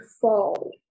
fall